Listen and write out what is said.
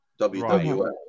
wwe